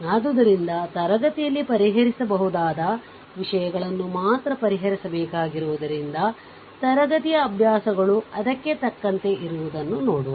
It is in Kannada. ಆದ್ದರಿಂದ ತರಗತಿಯಲ್ಲಿ ಪರಿಹರಿಸಬಹುದಾದ ವಿಷಯಗಳನ್ನು ಮಾತ್ರ ಪರಿಹರಿಸಬೇಕಾಗಿರುವುದರಿಂದ ತರಗತಿಯ ಅಭ್ಯಾಸಗಳು ಅದಕ್ಕೆ ತಕ್ಕಂತೆ ಇರುವುದನ್ನು ನೋಡುವ